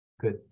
Good